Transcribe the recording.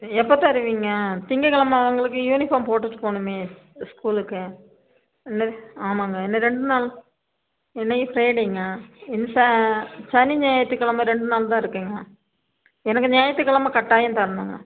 எப்போ தருவீங்க திங்கள் கெழம அவங்களுக்கு யூனிஃபார்ம் போட்டுட்டு போகணுமே ஸ்கூலுக்கு ஆமாங்க இன்னும் ரெண்டு நாள் இன்னைக்கு ஃப்ரைடேங்க சனி ஞாயிற்று கெழம ரெண்டு நாள் தான் இருக்குதுங்க எனக்கு ஞாயிற்றுக் கெழம கட்டாயம் தரணும்ங்க